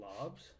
lobs